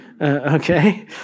Okay